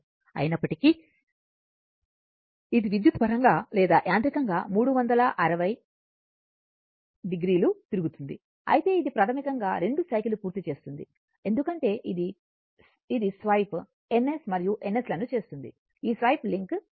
అయినప్పటికీ ఇది విద్యుత్తు పరంగా లేదా యాంత్రికంగా 360 డిగ్రీలు తిరుగుతుంది అయితే ఇది ప్రాథమికంగా 2 సైకిల్ పూర్తి చేస్తుంది ఎందుకంటే ఇది స్వైప్ N S మరియు N S లను చేస్తుంది ఈ స్వైప్ లింక్ చేయాలి